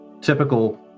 typical